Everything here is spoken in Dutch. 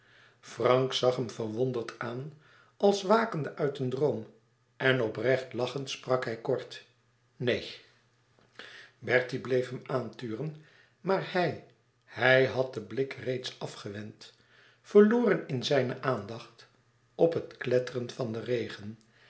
frank zag hem verwonderd aan als wakende uit een droom en oprecht lachend sprak hij kort neen bertie bleef hem aanturen maar hij hij had den blik reeds afgewend verloren in zijne aandacht op het kletteren van den regen